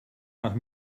nach